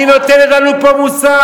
והיא נותנת לנו פה מוסר.